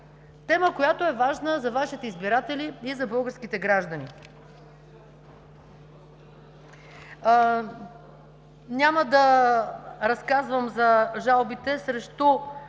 тема, която е важна за Вашите избиратели и за българските граждани. Няма да разказвам за жалбите срещу